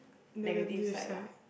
negative side